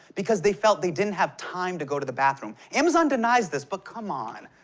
because they felt they didn't have time to go to the bathroom. amazon denies this, but come on.